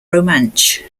romansh